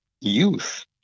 youth